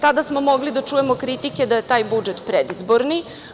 Tada smo mogli da čujemo kritike da je taj budžet predizborni.